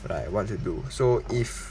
like what to do so if